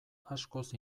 askoz